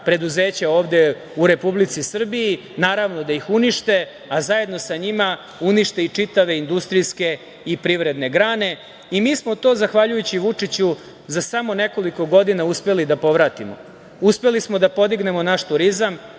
preduzeća ovde u Republici Srbiji, naravno da ih unište, a zajedno sa njima unište i čitave industrijske i privredne grane. Mi smo to zahvaljujući Vučiću za samo nekoliko godina uspeli da povratimo, uspeli smo da podignemo naš turizam,